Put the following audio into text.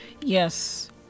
Yes